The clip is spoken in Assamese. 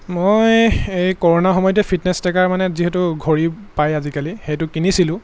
মই এই কৰুণা সময়তে ফিটনেছ ট্ৰেকাৰ মানে যিহেতু ঘড়ী পায় আজিকালি সেইটো কিনিছিলোঁ